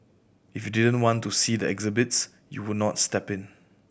if you didn't want to see the exhibits you would not step in